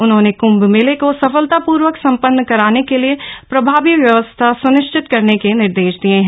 उन्होंने कृम्भ मेले को सफलतापूर्वक संपन्न कराने के लिए प्रभावी व्यवस्था स्निश्चित करने के निर्देश दिए हैं